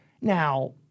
Now